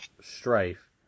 strife